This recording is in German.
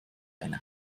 eine